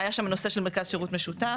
היה שם נושא של מרכז שירות משותף,